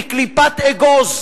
בקליפת אגוז,